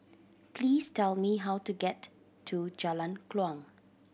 please tell me how to get to Jalan Kuang